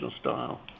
style